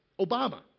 Obama